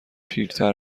پیرتر